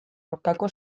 aurkako